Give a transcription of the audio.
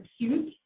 acute